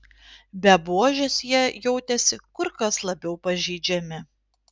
be buožės jie jautėsi kur kas labiau pažeidžiami